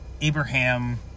Abraham